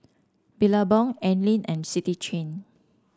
Billabong Anlene and City Chain